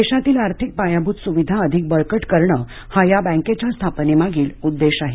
देशातील आर्थिक पायाभूत सुविधा अधिक बळकट करण हा या बँकेच्या स्थापनेमागील उद्देश आहे